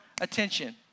attention